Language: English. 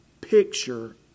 picture